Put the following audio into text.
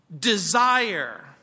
desire